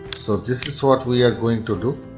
so this is what we are going to do.